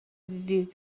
دیدی